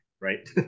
right